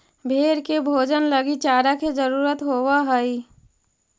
भेंड़ के भोजन लगी चारा के जरूरत होवऽ हइ